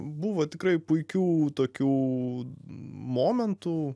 buvo tikrai puikių tokių momentų